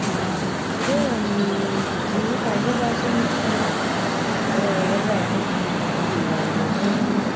ഇത് നിങ്ങൾ കഴിഞ്ഞ പ്രാവശ്യം തന്ന ഒരു വേറൊരു ഐറ്റം ഞങ്ങൾ ട്രൈ ചെയ്തായിരുന്നു കേട്ടോ ഇവിടെ നിന്ന്